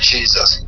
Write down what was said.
Jesus